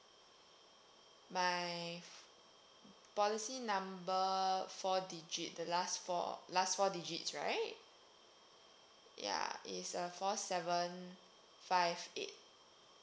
my policy number four digit the last four last four digits right ya is uh four seven five eight